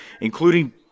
including